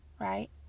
right